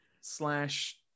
slash